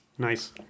Nice